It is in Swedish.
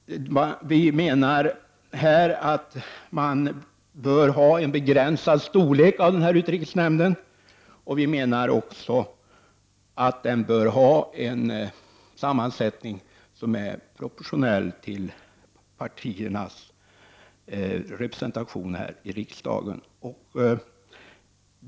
Vi menar att man bör ha en begränsad storlek på utrikesnämnden, och vi menar också att den bör ha en sammansättning som är proportionell i förhållande till partiernas representation här i riksdagen.